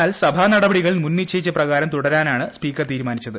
എന്നാൽ സഭാ നടപടികൾ മുൻനിശ്ചയിച്ച പ്രകാരം തുടരാനാണ് സ്പീക്കർ തീരുമാനിച്ചത്